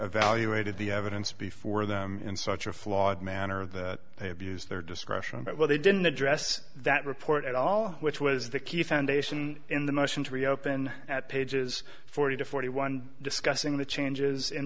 evaluated the evidence before them in such a flawed manner that they abused their discretion but well they didn't address that report at all which was the key foundation in the motion to reopen at pages forty to forty one discussing the changes in